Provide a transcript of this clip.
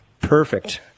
perfect